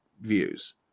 views